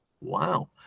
Wow